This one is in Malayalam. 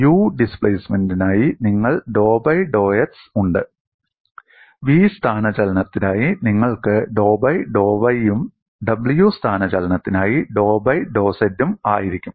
u ഡിസ്പ്ലേസ്മെന്റിനായി നിങ്ങൾക്ക് ഡോ ബൈ ഡോ x ഉണ്ട് v സ്ഥാനചലനത്തിനായി നിങ്ങൾക്ക് ഡോ ബൈ ഡോ y ഉം w സ്ഥാനചലനത്തിനായി ഡോ ബൈ ഡോ z യും ആയിരിക്കും